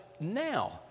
now